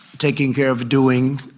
taking care of doing,